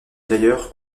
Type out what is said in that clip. tailleur